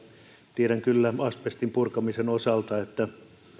tiedän kyllä asbestin purkamisen osalta että